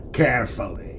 carefully